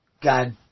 God